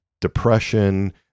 depression